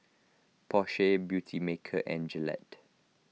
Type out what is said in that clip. Porsche Beautymaker and Gillette